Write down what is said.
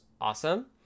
awesome